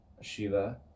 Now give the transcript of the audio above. Shiva